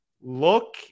Look